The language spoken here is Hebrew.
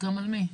מוסכם על מי?